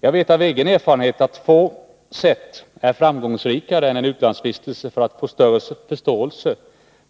Jag vet av egen erfarenhet att få sätt är framgångsrikare än en utlandsvistelse för att få förståelse